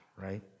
right